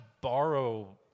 borrow